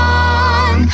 on